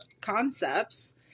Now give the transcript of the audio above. concepts